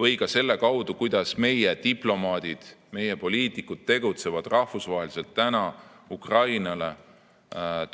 või ka selle kaudu, kuidas meie diplomaadid, meie poliitikud tegutsevad rahvusvaheliselt Ukrainale